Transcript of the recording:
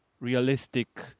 realistic